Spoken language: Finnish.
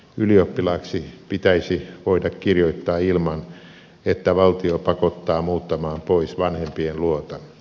ylioppilaaksi pitäisi voida kirjoittaa ilman että valtio pakottaa muuttamaan pois vanhempien luota